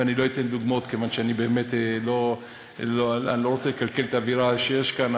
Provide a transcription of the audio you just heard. ואני לא אתן דוגמאות כיוון שאני באמת לא רוצה לקלקל את האווירה שיש כאן,